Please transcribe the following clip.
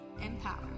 empower